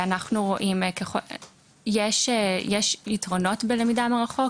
יש יתרונות ללמידה מרחוק,